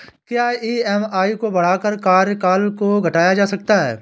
क्या ई.एम.आई को बढ़ाकर कार्यकाल को घटाया जा सकता है?